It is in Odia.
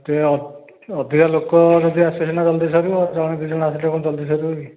ଟିକେ ଅଧିକା ଲୋକ ଯଦି ଆସିପାରିବେନା ଜଲ୍ଦି ସରିବ ଜଣେ ଦୁଇ ଜଣ ଆସିଲେ କ'ଣ ଜଲ୍ଦି ସରିବକି